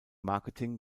marketing